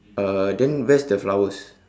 uh then where's the flowers